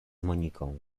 moniką